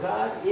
God